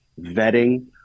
vetting